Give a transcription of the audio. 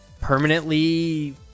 permanently